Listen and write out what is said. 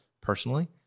personally